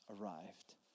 arrived